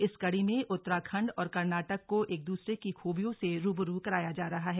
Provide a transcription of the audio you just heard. इस कड़ी में उत्तराखंड और कर्नाटक को एक दूसरे की खूबियों से रूबरू कराया जा रहा है